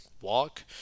walk